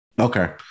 Okay